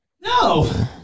no